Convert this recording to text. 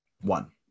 One